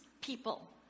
people